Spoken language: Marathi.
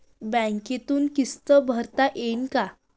बँकेतून किस्त भरता येईन का?